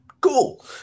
Cool